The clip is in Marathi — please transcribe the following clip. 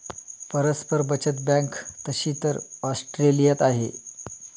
परस्पर बचत बँक तशी तर ऑस्ट्रेलियात आहे